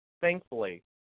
thankfully